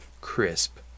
crisp